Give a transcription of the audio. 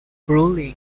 ruling